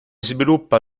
sviluppa